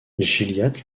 gilliatt